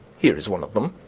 here is one of them.